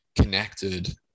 connected